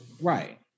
Right